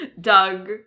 Doug